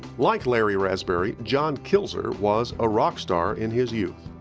like larry raspberry, john kilzer was a rockstar in his youth.